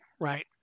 right